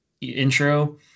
intro